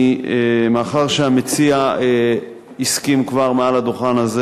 מאחר שהמציע הסכים כבר מעל הדוכן הזה